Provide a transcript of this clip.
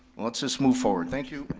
let's just move forward, thank you.